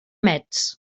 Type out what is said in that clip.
metz